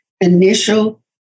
initial